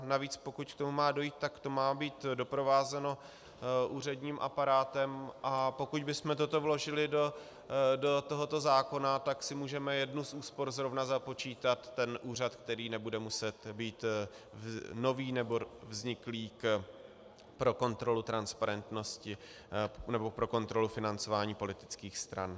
Navíc pokud k tomu má dojít, tak to má být doprovázeno úředním aparátem, a pokud bychom toto vložili do tohoto zákona, tak si můžeme jako jednu z úspor zrovna započítat úřad, který nebude muset být nový nebo vzniklý pro kontrolu transparentnosti nebo pro kontrolu financování politických stran.